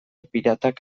piratak